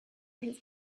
his